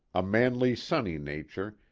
a manly sunny nature,